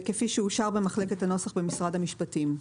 כפי אושר במחלקת הנוסח במשרד המשפטים: